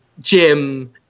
Jim